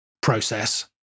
process